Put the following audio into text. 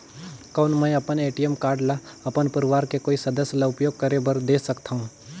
कौन मैं अपन ए.टी.एम कारड ल अपन परवार के कोई सदस्य ल उपयोग करे बर दे सकथव?